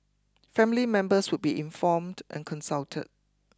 family members would be informed and consulted